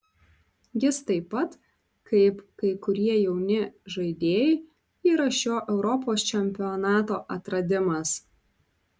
jis taip pat kaip kai kurie jauni žaidėjai yra šio europos čempionato atradimas